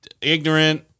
ignorant